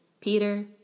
Peter